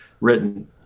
written